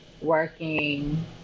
working